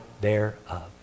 thereof